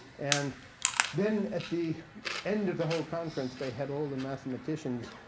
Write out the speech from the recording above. and then at the end of the whole conference, they had all the mathematicians